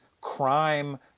crime